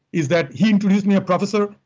is that he introduced me a professor,